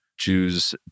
Jews